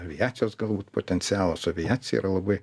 aviacijos galbūt potencialą su aviacija yra labai